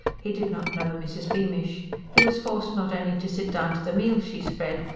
he did not know mrs. beamish. he was forced not only to sit down to the meal she spread,